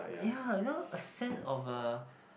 ya you know a sense of a